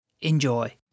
Enjoy